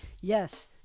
Yes